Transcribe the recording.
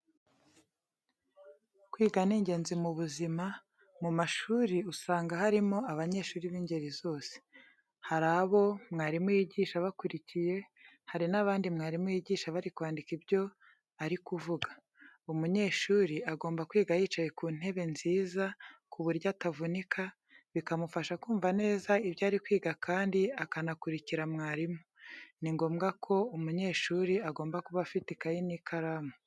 Kwiga ni ingenzi mu buzima, mu mashuri usanga harimo abanyeshuri b'ingeri zose. Hari abo mwarimu yigisha bakurikiye, hari n'abandi mwarimu yigisha bari kwandika ibyo ari kuvuga. Umunyeshuri agomba kwiga yicaye ku ntebe nziza ku buryo atavunika, bikamufasha kumva neza ibyo ari kwiga kandi akanakurikira mwarimu. Ni ngombwa ko umunyeshuri agomba kuba afite ikayi n'ikaramu.